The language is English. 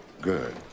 Good